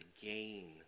gain